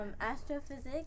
astrophysics